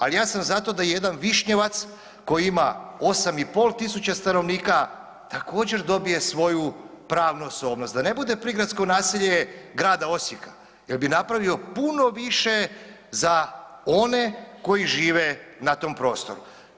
Ali ja sam za to da jedan Višnjevac koji ima 8 i pol tisuća stanovnika također dobije svoju pravnu osobnost, da ne bude prigradsko naselje grada Osijeka jer bi napravio puno više za one koji žive na tom prostoru.